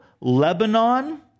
Lebanon